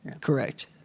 correct